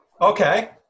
Okay